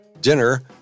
dinner